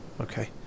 Okay